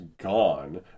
gone